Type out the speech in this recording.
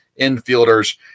infielders